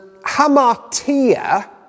hamartia